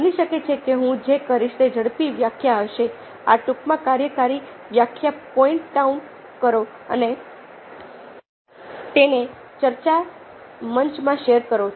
બની શકે કે હું જે કરીશ તે ઝડપી વ્યાખ્યા હશે આ ટૂંકમાં કાર્યકારી વ્યાખ્યા પોઈન્ટ ડાઉન કરો અને તેને ચર્ચા મંચમાં શેર કરો